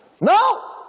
No